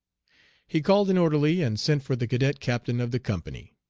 he called an orderly and sent for the cadet captain of the company.